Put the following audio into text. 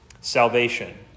salvation